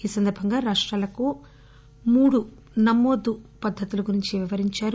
ఈ సందర్బంగా రాష్టాలకు మూడు నమోదు పద్దతుల గురించి వివరించారు